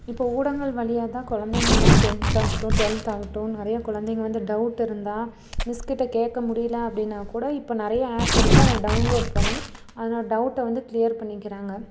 இப்போது ஊடகங்கள் வழியா தான் குலந்தைங்கள்லாம் டென்த் ஆகட்டும் டுவெல்த் ஆகட்டும் நிறைய குலந்தைங்க வந்து டவுட் இருந்தால் மிஸ் கிட்ட கேட்க முடியல அப்படின்னா கூட இப்போ நிறைய ஆப் இருக்குது அதை டவுன்லோட் பண்ணி அந்த டவுட்டை வந்து க்ளீயர் பண்ணிக்கிறாங்க